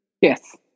Yes